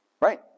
Right